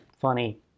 Funny